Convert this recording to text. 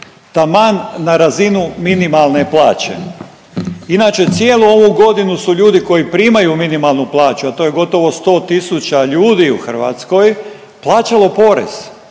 taman na razinu minimalne plaće. Inače, cijelu ovu godinu su ljudi koji primaju minimalnu plaću, a to je gotovo 100 tisuća ljudi u Hrvatskoj, plaćalo porez